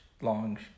long